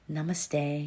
Namaste